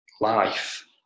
life